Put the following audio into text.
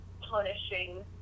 punishing